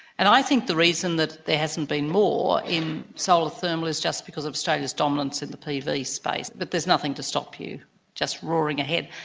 and i think the reason that there hasn't been more in solar thermal is just because of australia's dominance in the pv space, but there's nothing to stop you just roaring ahead.